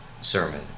sermon